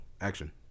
action